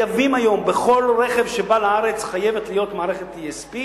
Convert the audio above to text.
שבכל רכב שמיובא היום לארץ חייבת להיות מערכת ESP,